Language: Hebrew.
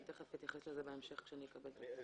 אתייחס לזה בהמשך כשאקבל את ההתייחסות.